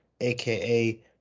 aka